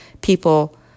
people